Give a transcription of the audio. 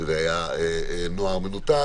שזה היה נוער מנותק.